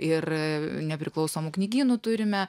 ir nepriklausomų knygynų turime